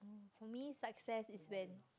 for me success is when